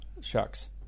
Shucks